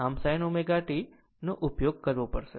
આમ sin ω t નો ઉપયોગ કરવો પડશે